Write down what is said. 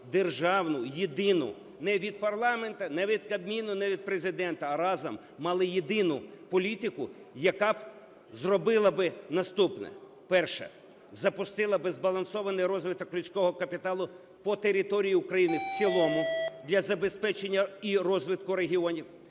державну, єдину, не від парламенту, не від Кабміну, не від Президента, а разом мали єдину політику, яка б зробила би наступне: перше – запустила би збалансований розвиток людського капіталу по території України в цілому для забезпечення і розвитку регіонів;